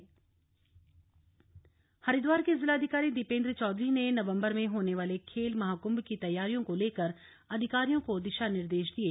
हरिद्वार बैठक हरिद्वार के जिलाधिकारी दीपेन्द्र चौधरी ने नवम्बर में होने वाले खेल महाकृंभ की तैयारियों को लेकर अधिकारियों को दिशा निर्देश दिये